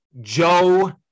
Joe